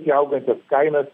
į augančias kainas